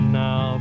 now